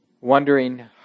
wondering